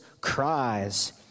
cries